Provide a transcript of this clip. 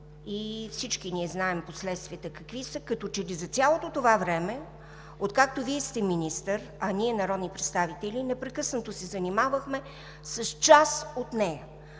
и всички ние знаем какви са последствията, като че ли за цялото това време, откакто Вие сте министър, а ние, народните представители, непрекъснато се занимавахме с част от нея.